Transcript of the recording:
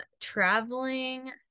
traveling